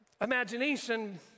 imagination